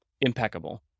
impeccable